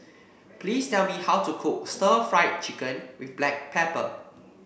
please tell me how to cook Stir Fried Chicken with Black Pepper